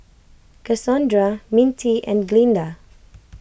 Cassondra Mintie and Glynda